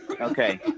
Okay